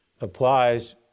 applies